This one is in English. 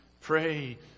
Pray